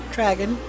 Dragon